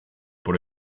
por